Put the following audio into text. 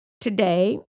today